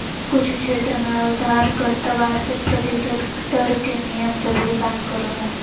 कुछ क्षेत्र में उधारकर्ता वार्षिक प्रतिशत दर के नियम से भुगतान करो हय